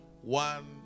One